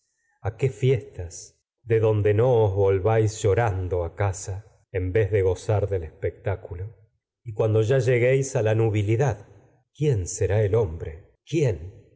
a qué vez fiestas de de donde os volváis llorando a casa en gozar del espectáculo y cuando ya lleguéis a la hijas que nubilidad quién será el hombre quién